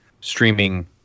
streaming